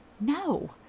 No